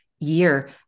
year